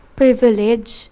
privilege